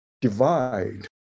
divide